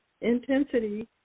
intensity